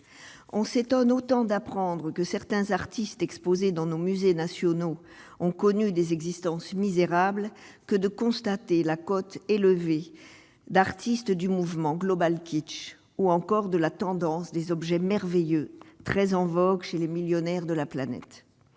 on s'étonne autant d'apprendre que certains artistes exposés dans nos musées nationaux ont connu des existences misérables que de constater la cote élevée d'artistes du mouvement global kitsch ou encore de la tendance des objets merveilleux, très en vogue chez les millionnaires de la planète,